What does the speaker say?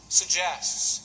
suggests